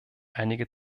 einige